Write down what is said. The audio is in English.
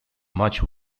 much